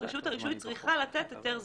רשות הרישוי צריכה לתת היתר זמני.